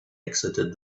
exited